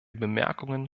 bemerkungen